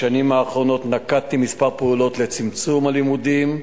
בשנים האחרונות נקטתי כמה פעולות לצמצום הלימודים,